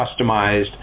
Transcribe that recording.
customized